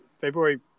February